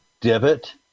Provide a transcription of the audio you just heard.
divot